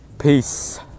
Peace